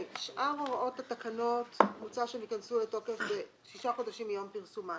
שאר הוראות התקנות מוצא שתיכנסנה לתוקף שישה חודשים מיום פרסומן.